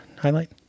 highlight